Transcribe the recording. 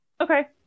Okay